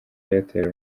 airtel